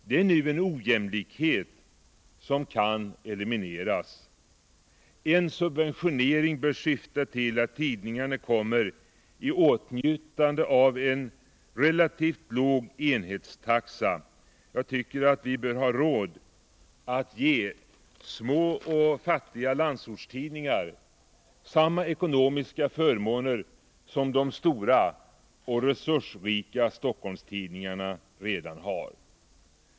Det finns nu en ojämlikhet som kan elimineras. En subventionering bör syfta till att tidningarna kommer i åtnjutande av en relativt låg enhetstaxa. Jag tycker att vi bör ha råd att ge små och fattiga landsortstidningar samma ekonomiska förmåner som de stora och resursrika Stockholmstidningarna redan har.